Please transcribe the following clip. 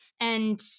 and-